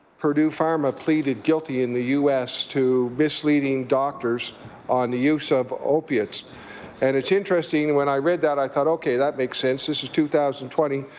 purdue pharma pleaded guilty in the u s. to misleading doctors on the use of opiates and it's interesting when i read that i thought okay that makes sense this is two thousand and twenty,